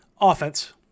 Offense